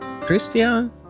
Christian